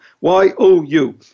Y-O-U